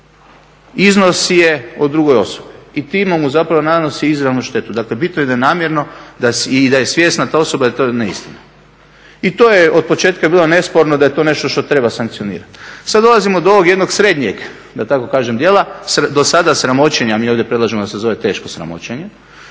iznosi je o drugoj osobi i time mu zapravo nanosi izravnu štetu. Bitno je da je namjerno i da je svjesna ta osoba i to je neistina. I to je od početka bilo nesporno da je to nešto što treba sankcionirati. Sada dolazimo do ovog jednog srednjeg da tako kažem dijela, do sada sramoćenja, mi ovdje predlažemo da se zove teško sramoćenje,